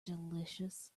delicious